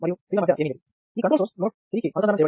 ఈ control source node 3 కి అనుసంధానం చేయబడి ఉంది